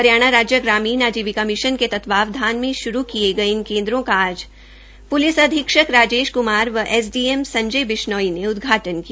हरियाणा राज्य ग्रामीण आजीविका मिशन के तत्वाधान में श्रू किये गये इन केन्द्रों का आज प्लिस अधीक्षक राजेश क्मार व एसडीएम संजय बिशनोई ने उदघाटन किया